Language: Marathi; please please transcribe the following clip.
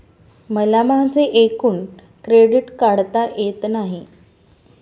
मला माझे एकूण क्रेडिट काढता येत नाही